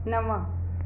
नव